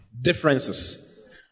differences